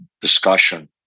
discussion